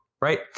Right